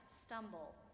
stumble